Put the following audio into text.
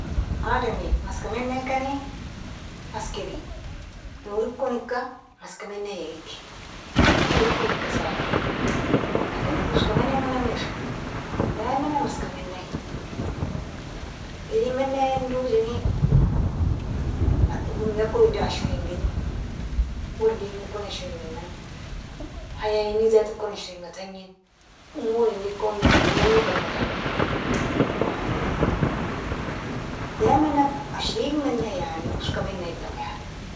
Ademi maska menaykani maske eli, norikon ika maska menayigi, norikon ika sadi, لكن uska menayimuname iri, daimana maskea menay, irin menayen dutini dunia kon idan ashringin, wildingo kon ashringinan, hayaini zati kon ashringa tagnin, umurini kon mazbutanga tagnin, yani daimana ashrig menay yani uska menytam.